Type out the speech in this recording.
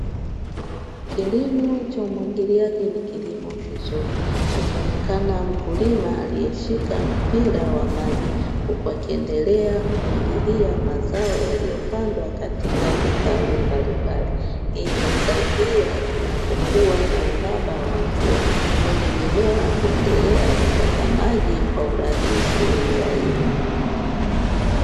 Kilimo cha umwagiliaji ni kilimo kizuri, akionekana mkulima aliyeshika mpira wa maji huku akiendelea kumwagilia mazao yaliyopandwa katika vitalu mbalimbali. Hii inasaidia kunapokuwa na uhaba wa mvua, kwani mimea huendelea kupata maji kwa urahisi za